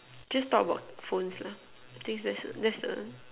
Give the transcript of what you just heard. just talk about phones lah thinks that the that the